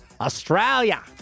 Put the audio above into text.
Australia